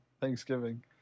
Thanksgiving